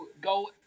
go